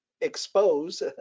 expose